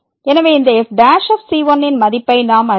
எனவே இந்த f ன் மதிப்பீட்டை நாம் அறிவோம்